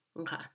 Okay